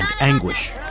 anguish